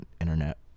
internet